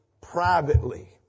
privately